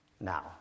Now